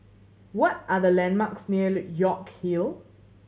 what are the landmarks near York Hill